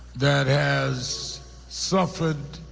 that has suffered